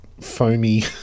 foamy